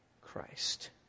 Christ